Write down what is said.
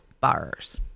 borrowers